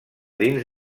dins